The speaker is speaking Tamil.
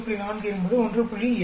4 என்பது 1